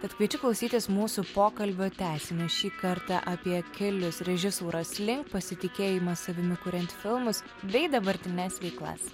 tad kviečiu klausytis mūsų pokalbio tęsinio šį kartą apie kelius režisūros link pasitikėjimą savimi kuriant filmus bei dabartines veiklas